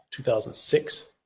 2006